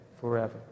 forever